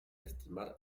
estimar